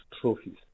trophies